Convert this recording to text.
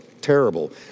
terrible